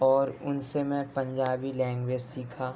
اور ان سے میں پنجابی لینگویج سیکھا